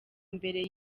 mbere